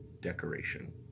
decoration